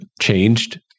changed